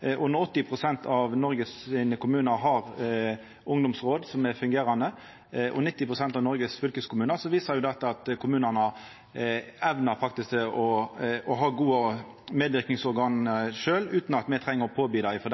Når 80 pst. av kommunane og 90 pst. av fylkeskommunane i Noreg har ungdomsråd som fungerer, viser det at kommunane faktisk evnar å ha gode medverknadsorgan sjølve, utan at me treng å påby det frå